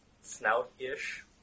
snout-ish